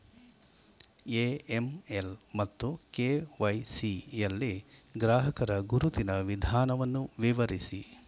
AML ಮತ್ತು KYC ಯಲ್ಲಿ ಗ್ರಾಹಕರ ಗುರುತಿನ ವಿಧಾನವನ್ನು ವಿವರಿಸಿ?